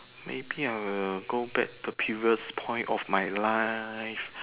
maybe I will go back to previous point of my life